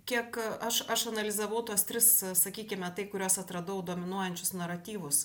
kiek aš aš analizavau tuos tris sakykime tai kuriuos atradau dominuojančius naratyvus